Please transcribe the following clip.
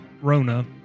Rona